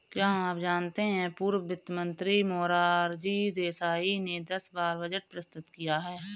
क्या आप जानते है पूर्व वित्त मंत्री मोरारजी देसाई ने दस बार बजट प्रस्तुत किया है?